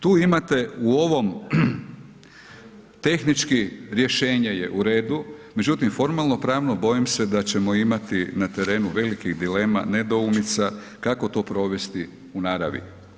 Tu imate u ovom, tehnički rješenje je u redu, međutim, formalnopravno bojim se da ćemo imati na terenu velikih dilema, nedoumica kako to provesti u naravi.